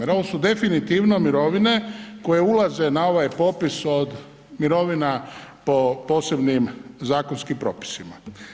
Jer ovo su definitivno mirovine koje ulaze na ovaj popis od mirovina po posebnim zakonskim propisima.